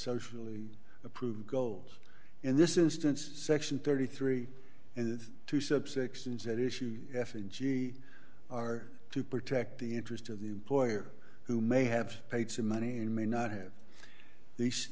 socially approved goals in this instance section thirty three and two subsections that issues f a g are to protect the interest of the employer who may have paid some money and may not have the